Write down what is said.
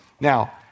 Now